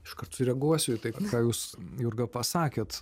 iškart sureaguosiu į tai ką jūs jurga pasakėt